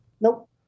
Nope